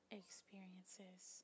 experiences